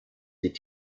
sieht